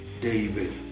David